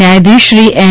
ન્યાયાધીશશ્રી N